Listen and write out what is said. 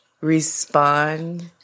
respond